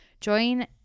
join